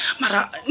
Mara